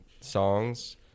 songs